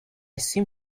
seem